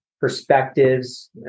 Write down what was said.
perspectives